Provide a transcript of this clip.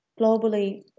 globally